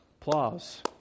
Applause